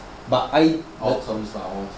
all terms lah all terms